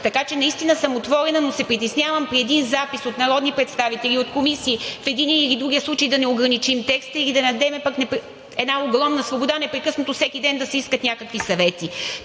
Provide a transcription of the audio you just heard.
така че наистина съм отворена. Но се притеснявам при един запис „от народни представители и от комисии“, в единия или другия случай да не ограничим текста или да не дадем пък една огромна свобода непрекъснато всеки ден да се искат някакви съвети.